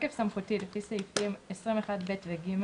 "בתוקף סמכותי לפי סעיפים 20(1)(ב) ו-(ג),